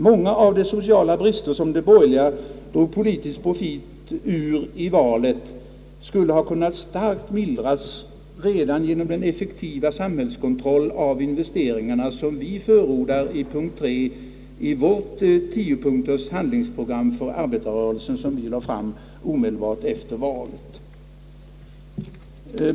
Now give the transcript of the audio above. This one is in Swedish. Många av de sociala brister som de borgerliga drog politisk profit ur i valet skulle ha kunnat starkt mildras redan om man följt punkt 3 i vårt tiopunkters handlingsprogram för arbetarrörelsen som vi lade fram omedelbart efter valet.